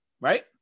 Right